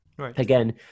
Again